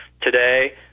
today